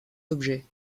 objets